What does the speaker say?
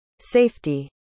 safety